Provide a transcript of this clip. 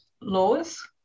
laws